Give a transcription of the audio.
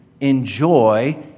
enjoy